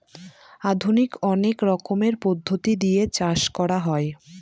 আধুনিক অনেক রকমের পদ্ধতি দিয়ে চাষ করা হয়